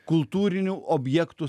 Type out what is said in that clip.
kultūrinių objektų